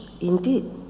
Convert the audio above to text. indeed